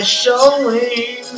showing